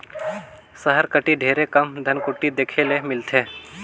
सहर कती ढेरे कम धनकुट्टी देखे ले मिलथे